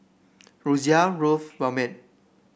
Rosia love Ramen